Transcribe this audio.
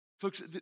Folks